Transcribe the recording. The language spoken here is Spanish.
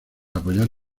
apoyar